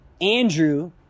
Andrew